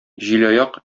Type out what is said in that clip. җилаяк